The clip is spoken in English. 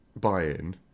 Buy-in